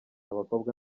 abakobwa